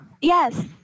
yes